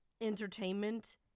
entertainment